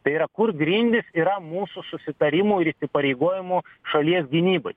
tai yra kur grindys yra mūsų susitarimų ir įsipareigojimų šalies gynybai